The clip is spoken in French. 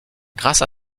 grâce